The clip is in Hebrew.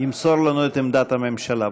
ימסור לנו את עמדת הממשלה.